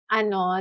ano